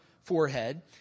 forehead